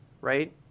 right